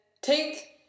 take